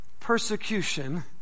persecution